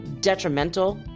detrimental